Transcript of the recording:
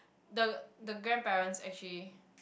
the the grandparents actually